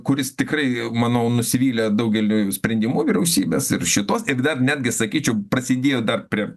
kuris tikrai manau nusivylė daugeliu sprendimų vyriausybės ir šitos ir dar netgi sakyčiau prasidėjo dar prie